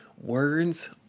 Words